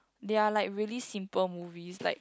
they are like really simple movies like